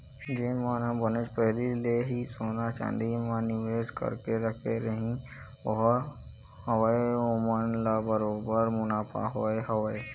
जेन मन ह बनेच पहिली ले ही सोना चांदी म निवेस करके रखे रहिन हवय ओमन ल बरोबर मुनाफा होय हवय